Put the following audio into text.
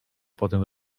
potem